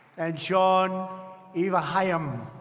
and shawn evenhaim.